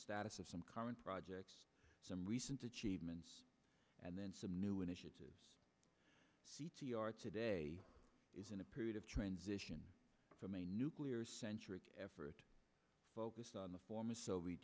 status of some current projects some recent achievements and then some new initiatives c t r today is in a period of transition from a nuclear centric effort focused on the former soviet